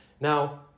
Now